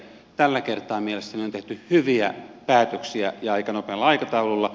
tällä kertaa mielestäni on tehty hyviä päätöksiä ja aika nopealla aikataululla